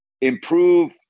improve